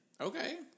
Okay